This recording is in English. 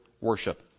worship